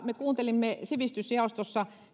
me kuuntelimme sivistysjaostossa